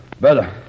Better